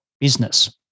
business